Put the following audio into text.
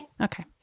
Okay